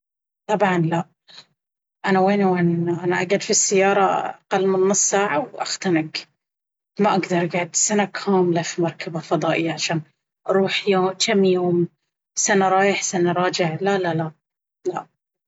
طبعا لا… انا وين ووين... أنا اقعد في السيارة أقل من نص ساعة وأختنق ما اقدر يعني سنة كاملة في مركبة فضائية عشان اروح جم يوم!! سنة رايح وسنة راجع!! لا لا لا… لا.